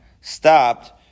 stopped